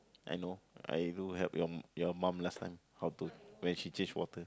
I know I go help your your mom last time how to when she change water